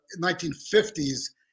1950s